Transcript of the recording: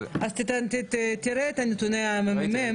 אבל --- אז תראה את נתוני הממ"מ.